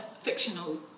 fictional